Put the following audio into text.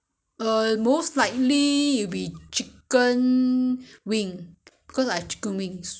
可以吗不要炸炸了整间很油就烘 maybe you just bake the chicken wing